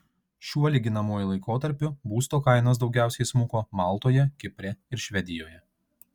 šiuo lyginamuoju laikotarpiu būsto kainos daugiausiai smuko maltoje kipre ir švedijoje